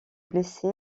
blessé